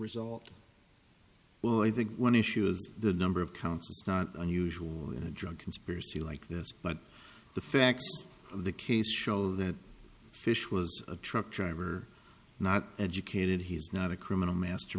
result well i think one issue is the number of counts not unusual in a drug conspiracy like this but the fact of the case show that fish was a truck driver not educated he's not a criminal